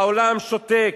והעולם שותק.